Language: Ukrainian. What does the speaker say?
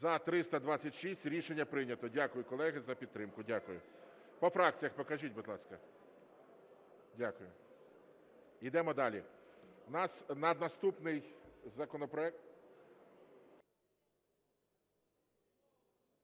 За-326 Рішення прийнято. Дякую, колеги, за підтримку. Дякую. По фракціях покажіть, будь ласка. Дякую. Ідемо далі. У нас наступний законопроект…